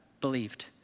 believed